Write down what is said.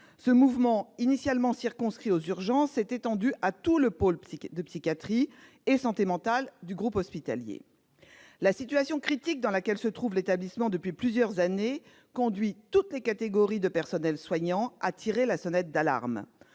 Ce mouvement, initialement circonscrit aux urgences, s'est étendu à tout le pôle psychiatrie et santé mentale du groupe hospitalier. La situation critique dans laquelle se trouve l'établissement depuis plusieurs années conduit toutes les catégories de personnels soignants à tirer la sonnette d'alarme.